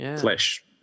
flesh